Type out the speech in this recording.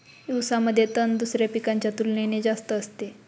ऊसामध्ये तण दुसऱ्या पिकांच्या तुलनेने जास्त असते